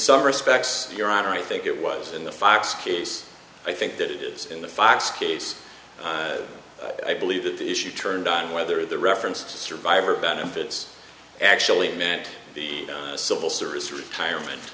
some respects your honor i think it was in the fire escapes i think that it is in the fox case i believe that the issue turned on whether the referenced survivor benefits actually met the civil service retirement